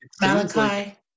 malachi